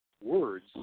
words